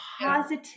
positive